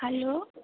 hello